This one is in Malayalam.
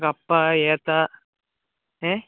കപ്പ ഏത്തൻ ഏ